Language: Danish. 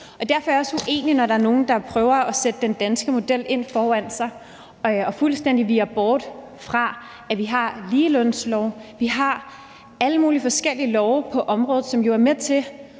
Derfor er jeg også uenig, når der er nogen, der prøver at sætte den danske model ind foran sig og fuldstændig viger bort fra, at vi har en ligelønslov og alle mulige forskellige love på området, som jo er med til